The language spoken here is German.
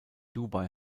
dubai